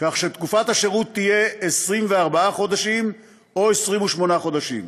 כך שתקופת השירות תהיה 24 חודשים או 28 חודשים,